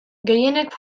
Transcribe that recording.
gehienek